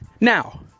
now